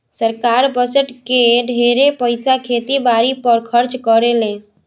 सरकार बजट के ढेरे पईसा खेती बारी पर खर्चा करेले